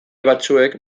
batzuek